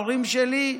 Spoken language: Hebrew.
ההורים שלי: